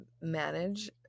manage